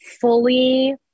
fully